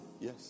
yes